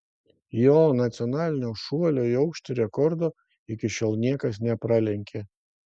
jo nacionalinio šuolio į aukštį rekordo iki šiol niekas nepralenkė